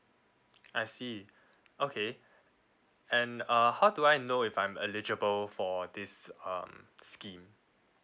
I see okay and uh how do I know if I'm eligible for this um scheme